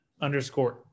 underscore